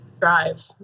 drive